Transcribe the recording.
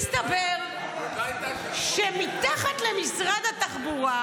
מסתבר שמתחת למשרד התחבורה